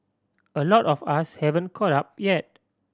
a lot of us haven't caught up yet